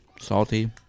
salty